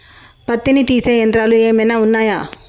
పత్తిని తీసే యంత్రాలు ఏమైనా ఉన్నయా?